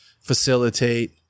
facilitate